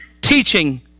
teaching